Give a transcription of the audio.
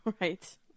Right